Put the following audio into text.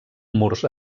murs